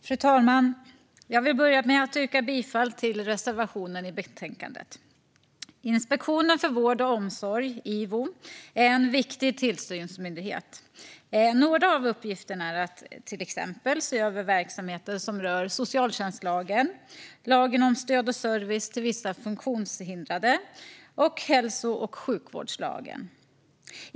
Fru talman! Jag vill börja med att yrka bifall till reservationen i betänkandet. Inspektionen för vård och omsorg, IVO, är en viktig tillsynsmyndighet. Ett exempel på dess uppgifter är att se över verksamheter som rör socialtjänstlagen, lagen om stöd och service till vissa funktionshindrade och hälso och sjukvårdslagen.